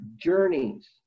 journeys